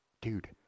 dude